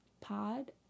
pod